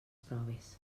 proves